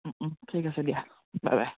ঠিক আছে দিয়া বাই বাই